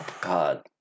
God